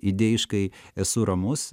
idėjiškai esu ramus